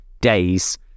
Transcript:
days